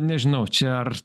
nežinau čia ar